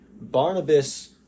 Barnabas